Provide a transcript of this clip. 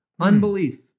Unbelief